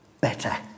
better